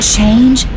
Change